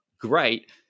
great